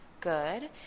Good